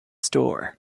store